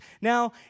Now